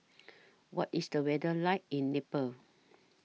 What IS The weather like in Nepal